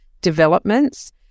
developments